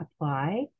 apply